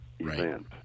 event